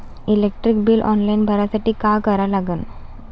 Electric bill online भरासाठी का करा लागन?